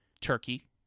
turkey